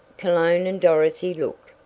cologne and dorothy looked.